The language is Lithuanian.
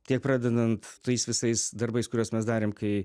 tiek pradedant tais visais darbais kuriuos mes darėm kai